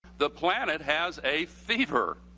the planet has a fever.